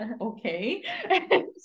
okay